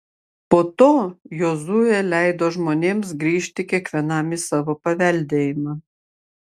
po to jozuė leido žmonėms grįžti kiekvienam į savo paveldėjimą